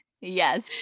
Yes